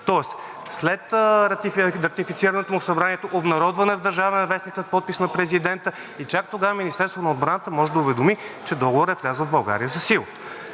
Тоест след ратифицирането му в Събранието, обнародван е в „Държавен вестник“ след подпис на президента и чак тогава Министерството на отбраната може да уведоми, че договорът е влязъл в България в сила.